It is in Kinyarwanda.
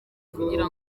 kugira